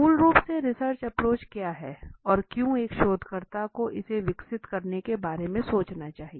मूल रूप से रिसर्च एप्रोच क्या है और क्यों एक शोधकर्ता को इसे विकसित करने के बारे में सोचना चाहिए